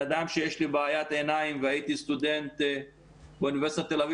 גם נציג ור"מ וגם נציג ור"ה התחייבו שהם ידאגו לכל סטודנט באופן פרטני.